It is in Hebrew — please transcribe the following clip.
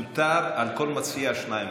מותר על כל מציע שניים.